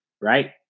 right